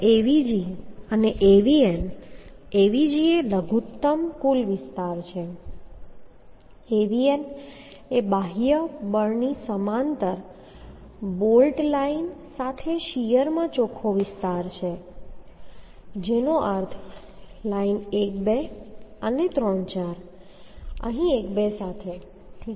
હવે Avg અને Avn Avg એ લઘુત્તમ કુલ વિસ્તાર છે અને Avn એ બાહ્ય બળની સમાંતર બોલ્ટ લાઇન સાથે શીયરમાં ચોખ્ખો વિસ્તાર છે જેનો અર્થ છે લાઇન 1 2 અને 3 4 અને અહીં 1 2 સાથે ઠીક છે